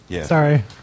sorry